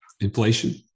Inflation